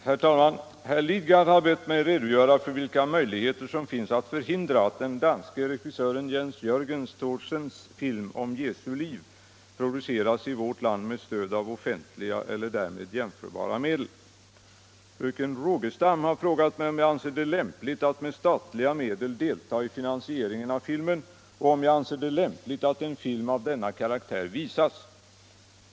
Herr talman! Herr Lidgard har bett mig redogöra för vilka möjligheter som finns att förhindra att den danske regissören Jens Jörgen Thorsens film om Jesu liv produceras i vårt land med stöd av offentliga eller därmed jämförbara medel. Fröken Rogestam har frågat mig om jag anser det lämpligt att med statliga medel delta i finansieringen av filmen och om jag anser det lämpligt att en film av denna karaktär visas.